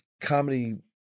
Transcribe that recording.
comedy